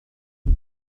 you